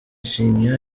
ishinya